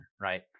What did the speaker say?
right